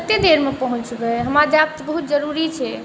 कतेक देरमे पहुँचबै हमरा जाइके तऽ बहुत जरूरी छै